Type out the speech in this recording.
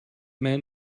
man